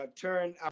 turn